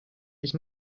ich